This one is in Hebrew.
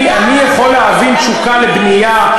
אני יכול להבין תשוקה לבנייה,